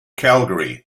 calgary